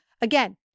again